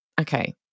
okay